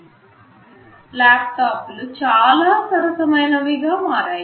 మనము డెస్క్టాప్ కంప్యూటర్లతో కంప్యూటింగ్ చేయడం నేర్చుకున్నాము